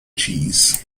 cheese